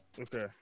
Okay